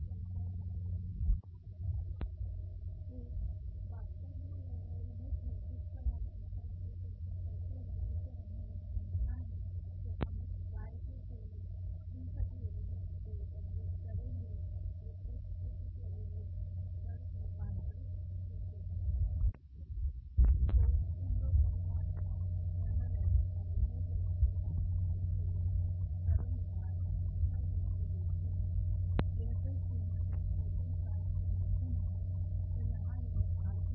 तो वास्तव में यह वह इमेज है जिस पर हम आमतौर पर चर्चा करते हैं जिसे हमने यहां माना है